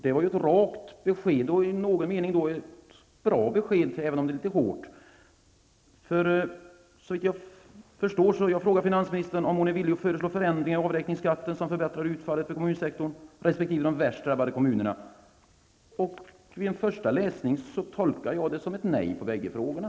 Det var ju ett rakt och i någon mening bra besked, även om det var litet hårt. Jag har frågat finansministern om hon är villig att föreslå förändringar i avräkningsskatten som förbättrar utfallet för kommunsektorn resp. de värst drabbade kommunerna. Vid en första läsning av svaret tolkar jag det som ett nej på bägge frågorna.